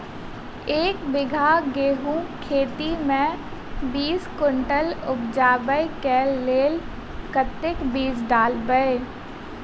एक बीघा गेंहूँ खेती मे बीस कुनटल उपजाबै केँ लेल कतेक बीज डालबै?